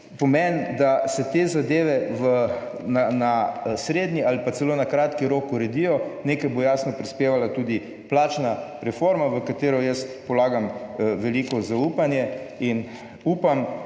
pomen, da se te zadeve na srednji ali pa celo na kratki rok uredijo. Nekaj bo jasno prispevala tudi plačna reforma, v katero jaz polagam veliko zaupanje. In upam,